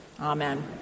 Amen